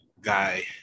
guy